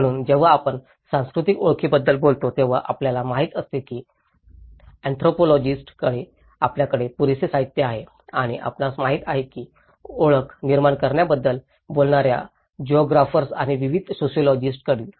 म्हणूनच जेव्हा आपण सांस्कृतिक ओळखीबद्दल बोलता तेव्हा आपल्याला माहित असते की इंट्रोपॉलॉजीस्ट कडे आपल्याकडे पुरेसे साहित्य आहे आणि आपणास माहित आहे की ओळख निर्माण करण्याबद्दल बोलणार्या जिओग्राफर्स आणि विविध सोशिओलॉजिस्ट कडील